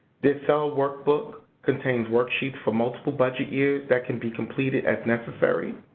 the excel workbook contains worksheets for multiple budget years that can be completed as necessary.